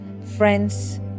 friends